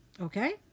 okay